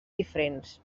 diferents